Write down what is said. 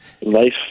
life